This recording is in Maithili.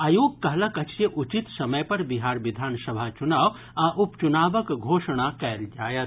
आयोग कहलक अछि जे उचित समय पर बिहार विधानसभा चुनाव आ उपचुनावक घोषणा कयल जायत